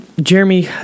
Jeremy